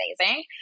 amazing